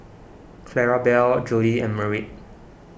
Clarabelle Jody and Merritt